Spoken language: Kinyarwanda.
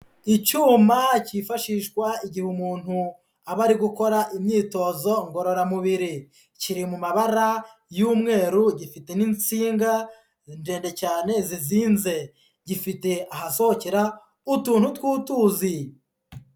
Icyuma cyifashishwa igihe umuntu aba ari gukora imyitozo ngororamubiri, kiri mu mabara y'umweru gifite n'insinga ndende cyane zizinze, gifite ahasohokera utuntu tw'utuzi.